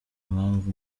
impamvu